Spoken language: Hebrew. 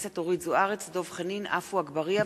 1. כישלונה בתחום המדיני, הכלכלי והחברתי,